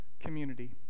Community